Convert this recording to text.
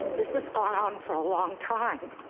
this has gone on for a long time.